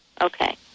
Okay